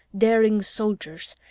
daring soldiers,